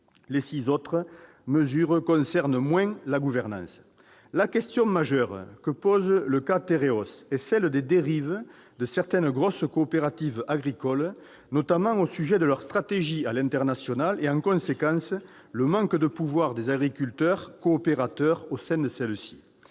Les six autres mesures concernent moins la gouvernance. La question majeure que pose le cas de Tereos est celle des dérives de certaines grosses coopératives agricoles, notamment au sujet de leur stratégie à l'international, et en conséquence le manque de pouvoir des agriculteurs coopérateurs au sein de celles-ci.